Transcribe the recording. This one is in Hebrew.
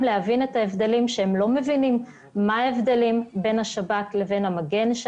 שלא מבינים מה ההבדלים בין השב"כ לבין המגן.